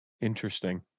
Interesting